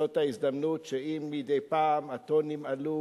זאת ההזדמנות, אם מדי פעם הטונים עלו,